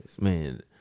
Man